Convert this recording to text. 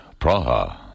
Praha